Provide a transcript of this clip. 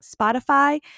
Spotify